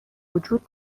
وجود